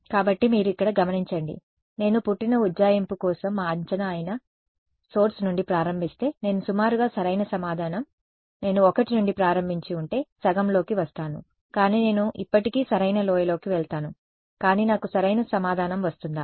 కాబట్టి మీరు ఇక్కడ గమనించండి నేను పుట్టిన ఉజ్జాయింపు కోసం మా అంచనా అయిన ఆరిజిన్ నుండి ప్రారంభిస్తే నేను సుమారుగా సరైన సమాధానం నేను ఒకటి నుండి ప్రారంభించి ఉంటే సగం లోకి వస్తాను కానీ నేను ఇప్పటికీ సరైన లోయలోకి వెళ్తాను కానీ నాకు సరైన సమాధానం వస్తుందా